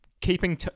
keeping